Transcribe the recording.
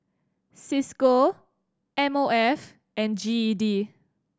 Cisco M O F and G E D